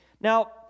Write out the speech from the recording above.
Now